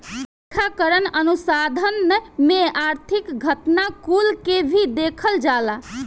लेखांकन अनुसंधान में आर्थिक घटना कुल के भी देखल जाला